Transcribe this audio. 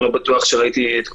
אני לא בטוח שראיתי את כולם.